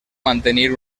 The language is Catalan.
mantenir